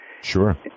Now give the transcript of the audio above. Sure